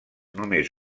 només